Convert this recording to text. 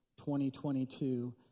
2022